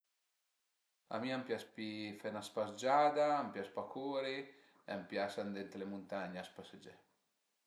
A mi a m'pias pi fe 'na spasgiada, a m'pias pa curi e a m'pias andé ënt le muntagne a spasegé